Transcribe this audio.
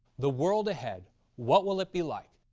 the world ahead what will it be like?